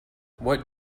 what